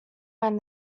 mind